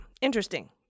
interesting